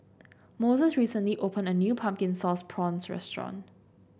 Moses recently opened a new Pumpkin Sauce Prawns restaurant